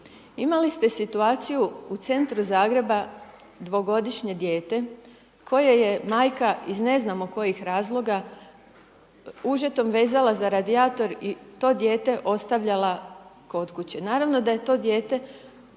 Imali ste situaciju u centru Zagreba, dvogodišnje dijete koje je majka iz ne znamo kojih razloga, užetom vezala za radijator i to dijete ostavljala kod kuće. Naravno da je to dijete